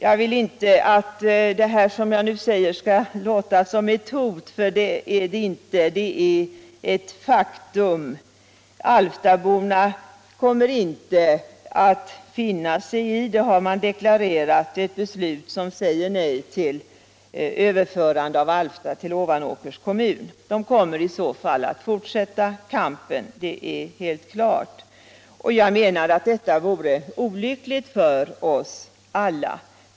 Jag vill inte att det jag nu säger skall låta som ett hot, för det är det inte — det är ett faktum. Alftaborna kommer inte att finna sig i — det har man deklarerat — ett beslut som säger nej till överförande av Alfta till Ovanåkers kommun. De kommer i så fall att fortsätta kampen. Det är helt klart, och jag menar att detta vore olyckligt för oss alla.